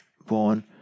born